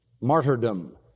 Martyrdom